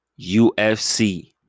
UFC